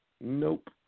nope